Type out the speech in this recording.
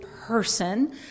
person